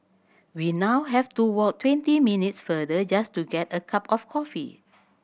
we now have to walk twenty minutes farther just to get a cup of coffee